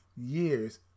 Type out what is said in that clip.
years